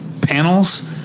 panels